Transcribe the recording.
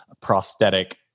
prosthetic